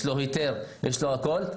יש לו היתר והכל,